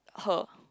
her